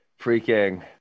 freaking